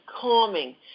calming